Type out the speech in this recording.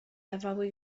dawały